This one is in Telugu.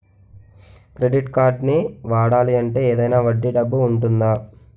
క్రెడిట్ కార్డ్ని వాడాలి అంటే ఏదైనా వడ్డీ డబ్బు ఉంటుందా?